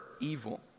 evil